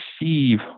receive